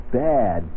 bad